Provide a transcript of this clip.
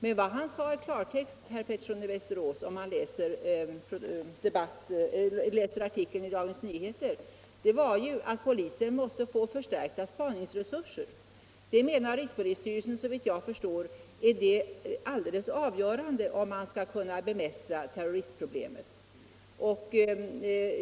Men vad han sade i klartext —- det framgår om man = den s.k. terroristläser artikeln i Dagens Nyheter, herr Pettersson i Västerås — var att polisen lagen måste få förstärkta spaningsresurser. Det menar rikspolischefen — såvitt jag förstår — är det alldeles avgörande om man skall kunna bemästra terroristproblemen.